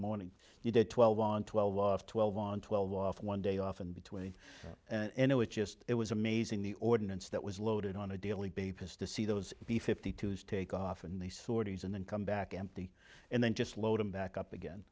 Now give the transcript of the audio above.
morning you did twelve on twelve off twelve on twelve off one day off in between and it was just it was amazing the ordinance that was loaded on a daily basis to see those b fifty two dollars is take off and they sorties and then come back empty and then just load them back up again